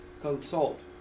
consult